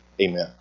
Amen